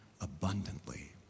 abundantly